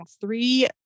three